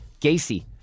Gacy